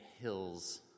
hills